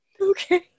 Okay